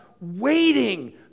waiting